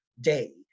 day